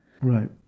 Right